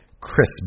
Chris